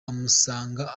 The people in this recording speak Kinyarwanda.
amusanga